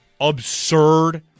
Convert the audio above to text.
absurd